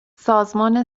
سازمان